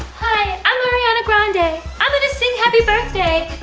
hi, i'm ariana grande. ah i'm gonna sing happy birthday.